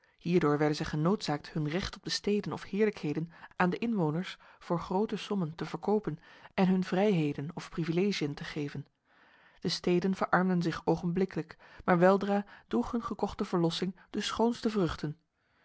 hierdoor werden zij genoodzaakt hun recht op de steden of heerlijkheden aan de inwoners voor grote sommen te verkopen en hun vrijheden of privilegiën te geven de steden verarmden zich ogenblikkelijk maar weldra droeg hun gekochte verlossing de schoonste vruchten